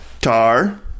Tar